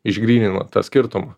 išgrynina tą skirtumą